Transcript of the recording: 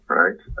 right